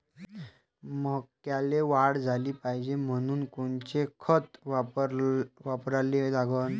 मक्याले वाढ झाली पाहिजे म्हनून कोनचे खतं वापराले लागन?